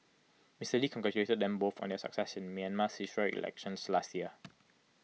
Mister lee congratulated them both on their success in Myanmar's historic elections last year